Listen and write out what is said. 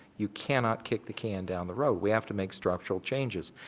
you cannot kick the can down the road, we have to make structural changes.